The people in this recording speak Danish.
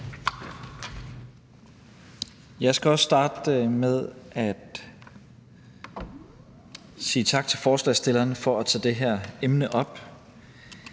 Jeg skal også starte med at sige tak til forslagsstillerne for at tage det her emne op.